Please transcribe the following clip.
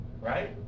right